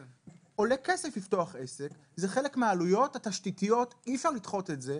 עולה כסף לפתוח עסק וזה חלק מהעלויות התשתיתיות ואי אפשר לדחות את זה.